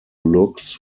locks